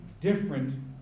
different